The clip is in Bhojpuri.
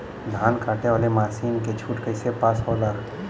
धान कांटेवाली मासिन के छूट कईसे पास होला?